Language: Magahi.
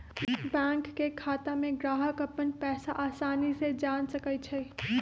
बैंक के खाता में ग्राहक अप्पन पैसा असानी से जान सकई छई